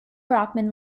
brockman